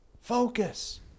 Focus